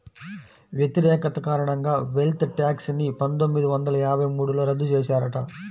వ్యతిరేకత కారణంగా wealth tax ని పందొమ్మిది వందల యాభై మూడులో రద్దు చేశారట